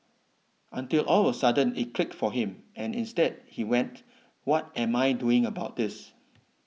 until all of a sudden it clicked for him and instead he went what am I doing about this